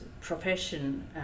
profession